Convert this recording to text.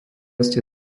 ste